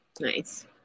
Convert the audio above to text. Nice